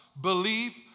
belief